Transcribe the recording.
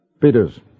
Peters